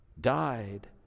died